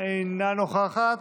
אינה נוכחת,